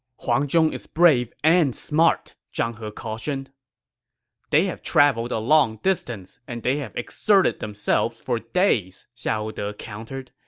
huang zhong is brave and smart, zhang he cautioned they have traveled a long distance, and they have exerted themselves for days, xiahou de countered.